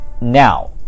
Now